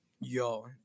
Yo